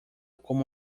como